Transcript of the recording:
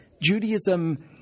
Judaism